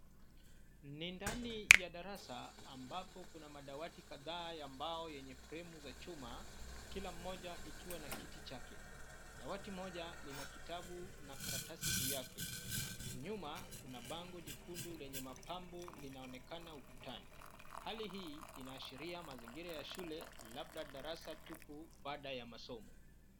Ni ndani ya darasa ambapo kuna madawati kadhaa ya mbao yenye fremu za chuma, kila moja ikiwa na kiti chake. Dawati moja lina kitabu na karatasi juu yake. Nyuma kuna bango jekundu lenye mapambo linaonekana ukutani. Hali hii inaashiria mazingira ya shule, labda darasa tupu baada ya masomo.